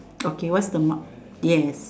okay what's the mom yes